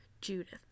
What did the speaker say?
judith